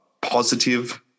positive